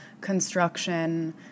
construction